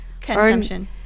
Consumption